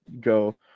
go